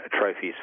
trophies